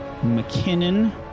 McKinnon